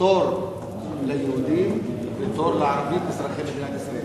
תור ליהודים ותור לערבים אזרחי מדינת ישראל.